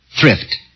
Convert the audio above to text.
Thrift